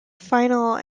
final